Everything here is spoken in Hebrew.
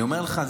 אני אומר לך,